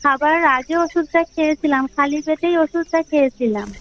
খাবার আগে ওষুধটা খেয়েছিলাম খালি পেটেই ওষুধটা খেয়েছিলাম